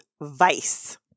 Vice